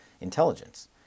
intelligence